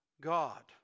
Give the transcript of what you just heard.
God